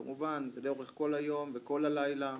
כמובן זה לאורך כל היום וכל הלילה,